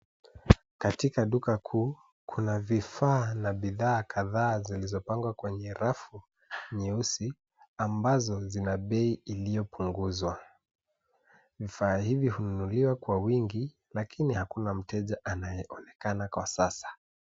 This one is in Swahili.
Katika duka kuu kuna vifaa na bidhaa kadhaa zilizopangwa kwenye rafu nyeusi ambazo zina bei iliyopunguzwa. Vifaa hivyo hununuliwa kwa wingi lakini hakuna mteja anayeonekana kwa sasa.